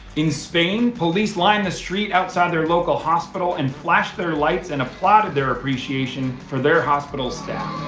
in spain police lined the street outside their local hospital and flashed their lights and applauded their appreciation for their hospital staff.